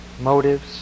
motives